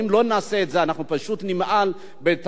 אנחנו פשוט נמעל בתפקידנו ההיסטורי,